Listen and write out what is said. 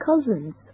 cousins